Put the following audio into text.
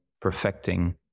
perfecting